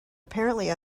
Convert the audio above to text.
apparently